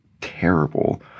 terrible